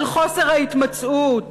על חוסר ההתמצאות,